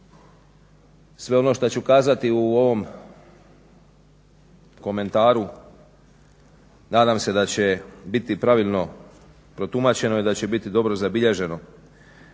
sve ono što ću kazati u ovom komentaru nadam se da će biti pravilno protumačeno i da će biti dobro zabilježeno.